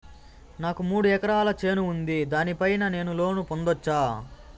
నాకు మూడు ఎకరాలు చేను ఉంది, దాని పైన నేను లోను పొందొచ్చా?